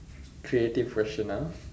creative question ah